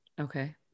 Okay